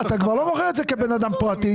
אתה לא מוכר את זה כבן אדם פרטי.